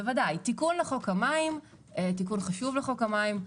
ודאי, תיקון חשוב לחוק המים.